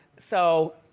so,